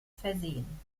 versehen